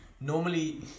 Normally